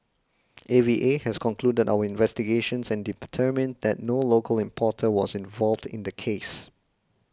A V A has concluded our investigations and determined that no local importer was involved in the case